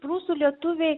prūsų lietuviai